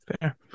Fair